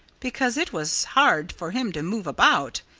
because it was hard for him to move about.